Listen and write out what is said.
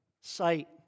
sight